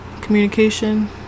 communication